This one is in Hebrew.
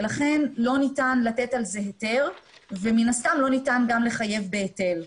ולכן לא ניתן לתת על זה היתר ומן הסתם לא ניתן גם לחייב בהיתר.